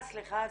סליחה.